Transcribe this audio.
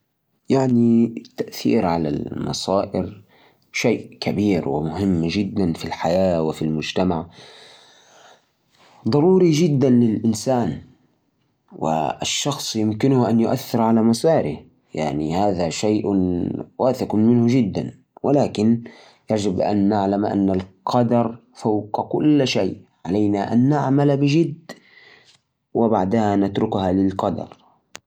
هالسؤال مُعقد، بس فيه ناس يعتقدون إنهم يقدرون يؤثرون على مصائرهم من خلال اختياراتهم وأفعالهم. يعني، القرارات اللي نتخذها تقدر تغير مجرى حياتنا. وفيه ناس يؤمنون بالقدر، يشوفون إن فيه أشياء مكتوبة ومكتملة. في النهاية، كل واحد له وجهة نظره وتجربته.